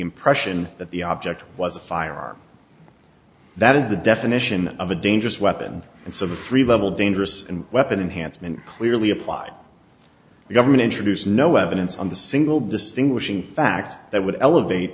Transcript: impression that the object was a firearm that is the definition of a dangerous weapon and sort of level dangerous and weapon enhanced and clearly applied the government introduced no evidence on the single distinguishing fact that would elevate